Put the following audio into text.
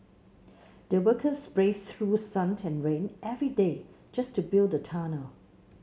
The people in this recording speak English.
the workers braved through sun and rain every day just to build the tunnel